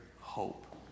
hope